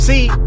See